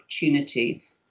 opportunities